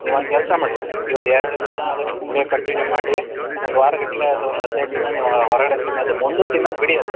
ನೀವು ಒಂದ್ ಕೆಲಸ ಮಾಡಿ ಈಗ ಒಂದು ಎರಡು ದಿನ ಅದನ್ನ ಗುಳಿಗೆ ಕಂಟಿನ್ಯೂ ಮಾಡಿ ಒಂದು ವಾರಗಟ್ಟಲೆ ಅಥ್ವಾ ಒಂದು ಹದಿನೈದು ದಿನ ನೀವು ಹೊರಗಡೆ ತಿನ್ನದು ಮುಂದು ತಿನ್ನದು ಬಿಡಿ ಅದು